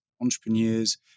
entrepreneurs